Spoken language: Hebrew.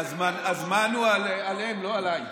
הזמן הוא עליהם, לא עליי.